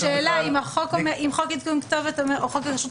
השאלה אם חוק עדכון כתובת או חוק הכשרות